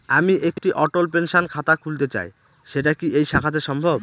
আমি একটি অটল পেনশন খাতা খুলতে চাই সেটা কি এই শাখাতে সম্ভব?